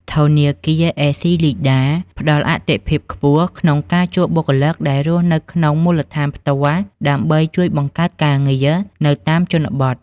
ធនាគារ អេស៊ីលីដា (ACLEDA) ផ្តល់អាទិភាពខ្ពស់ក្នុងការជួលបុគ្គលិកដែលរស់នៅក្នុងមូលដ្ឋានផ្ទាល់ ដើម្បីជួយបង្កើតការងារនៅតាមជនបទ។